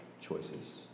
choices